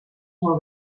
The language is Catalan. molt